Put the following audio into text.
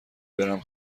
برم